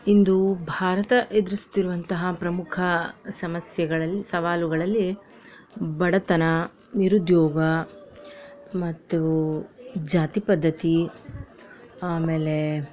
ಇಂದು ಭಾರತ ಎದುರಿಸ್ತಿರುವಂತಹ ಪ್ರಮುಖ ಸಮಸ್ಯೆಗಳಲ್ಲಿ ಸವಾಲುಗಳಲ್ಲಿ ಬಡತನ ನಿರುದ್ಯೋಗ ಮತ್ತು ಜಾತಿ ಪದ್ಧತಿ ಆಮೇಲೆ